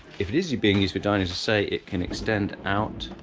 if it is being used for dining as i say it can extend out